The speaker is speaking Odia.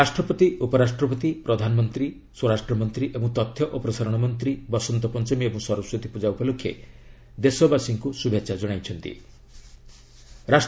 ରାଷ୍ଟ୍ରପତି ଉପରାଷ୍ଟ୍ରପତି ପ୍ରଧାନମନ୍ତ୍ରୀ ସ୍ୱରାଷ୍ଟ୍ରମନ୍ତ୍ରୀ ଏବଂ ତଥ୍ୟ ଓ ପ୍ରସାରଣମନ୍ତ୍ରୀ ବସନ୍ତ ପଞ୍ଚମୀ ଓ ସରସ୍ୱତୀ ପୂଜା ଉପଲକ୍ଷେ ଦେଶବାସୀଙ୍କୁ ଶୁଭେଚ୍ଛା ଜଣାଇଚ୍ଚନ୍ତି